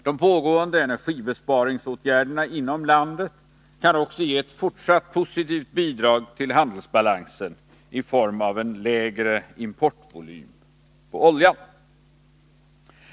De pågående energibesparingsåtgärderna inom landet kan också ge ett fortsatt positivt bidrag till handelsbalansen i form av en lägre importvolym på olja.